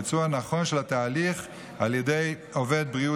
ביצוע נכון של התהליך על ידי עובד בריאות